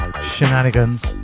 shenanigans